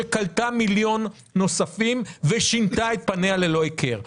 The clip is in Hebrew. שקלטה מיליון נוספים ושינתה את פניה ללא היכר.